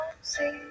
see